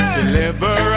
Deliver